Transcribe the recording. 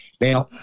Now